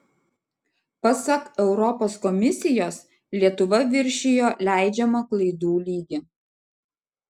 pasak europos komisijos lietuva viršijo leidžiamą klaidų lygį